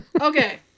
okay